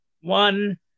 one